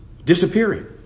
Disappearing